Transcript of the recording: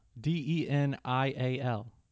d-e-n-i-a-l